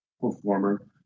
performer